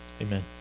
Amen